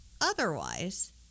Otherwise